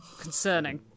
concerning